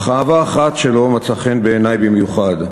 אך אהבה אחת שלו מצאה חן בעיני במיוחד: